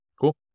Cool